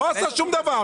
הוא לא עשה שום דבר.